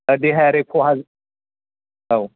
देहायारि खहा औ